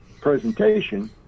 presentation